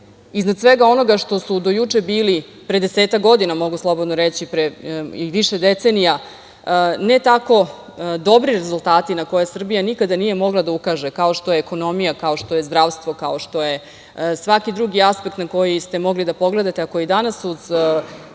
iznad svega onoga što su do juče bili, pre desetak godina, mogu slobodno reći, pre više decenija, ne tako dobri rezultati na koje Srbija nikada nije mogla da ukaže, kao što je ekonomija, kao što je zdravstvo, kao što je svaki drugi aspekt na koji ste mogli da pogledate a koji danas uz